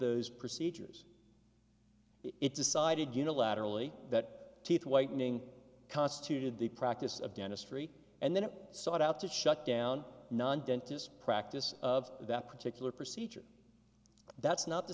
those procedures it decided unilaterally that teeth whitening constituted the practice of dentistry and then it sought out to shut down non dentists practice of that particular procedure that's not the